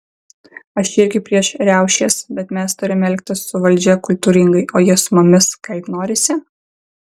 aš irgi prieš riaušės bet mes turime elgtis su valdžia kultūringai o jie su mumis kaip norisi